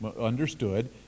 understood